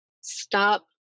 stop